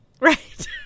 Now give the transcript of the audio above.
Right